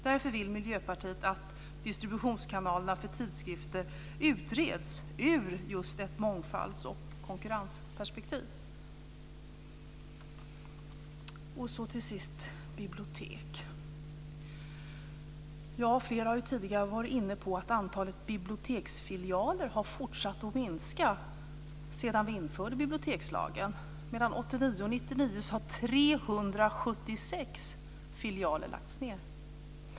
Därför vill Miljöpartiet att distributionskanalerna för tidskrifter utreds ur just ett mångfalds och konkurrensperspektiv. Så till sist tar jag upp bibliotek. Flera har tidigare varit inne på att antalet biblioteksfilialer har fortsatt och minska sedan vi införde bibliotekslagen. Mellan 1989 och 1999 har 376 filialer lagts ned.